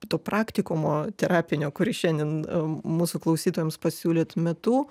to praktikumo terapinio kurį šiandien mūsų klausytojams pasiūlėt metu